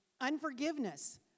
unforgiveness